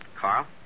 Carl